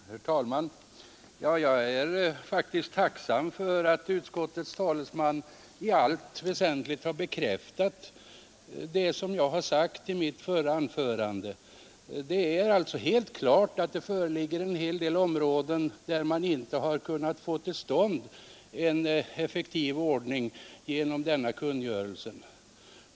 Herr talman! Jag är faktiskt tacksam för att utskottets talesman i allt väsentligt bekräftat det som jag har sagt i mitt förra anförande. Det är alltså klart att det finns en hel del områden där man inte har kunnat få till stånd en effektiv ordning genom denna kungörelse.